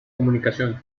comunicación